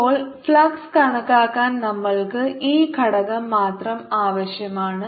ഇപ്പോൾ ഫ്ലക്സ് കണക്കാക്കാൻ നമ്മൾക്ക് ഈ ഘടകം മാത്രം ആവശ്യമാണ്